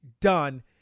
done